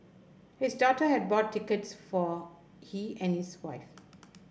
his daughter had bought tickets for he and his wife